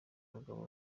abagabo